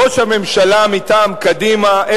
ראש הממשלה מטעם קדימה,